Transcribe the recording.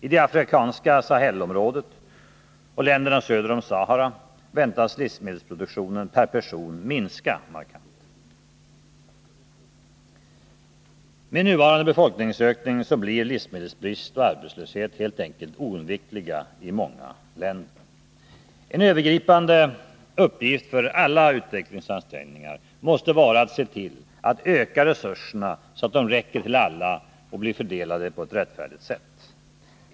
I det afrikanska Sahelområdet och länderna söder om Sahara väntas livsmedelsproduktionen per person minska markant. Med nuvarande befolkningsökning blir livsmedelsbrist och arbetslöshet helt enkelt oundvikliga i många länder. En övergripande uppgift för alla utvecklingsansträngningar måste vara att se till att öka resurserna, så att de räcker för alla och blir fördelade på ett rättfärdigt sätt.